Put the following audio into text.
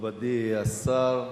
מכובדי השר,